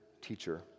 teacher